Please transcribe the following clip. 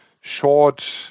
short